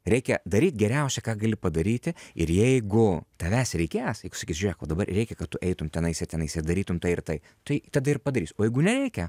reikia daryt geriausia ką gali padaryti ir jeigu tavęs reikės jeigu sakys žiūrėk va dabar reikia kad tu eitum tenais ir tenais ir darytum tai ir tai tai tada ir padarysiu o jeigu nereikia